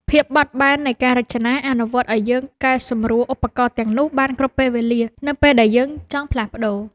ភាពបត់បែននៃការរចនាអនុញ្ញាតឱ្យយើងកែសម្រួលឧបករណ៍ទាំងនោះបានគ្រប់ពេលវេលានៅពេលដែលយើងចង់ផ្លាស់ប្តូរ។